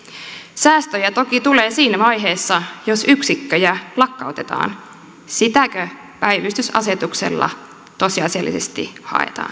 säästöjä toki tulee siinä vaiheessa jos yksikköjä lakkautetaan sitäkö päivystysasetuksella tosiasiallisesti haetaan